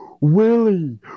Willie